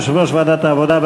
יושב-ראש ועדת העבודה,